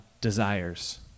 desires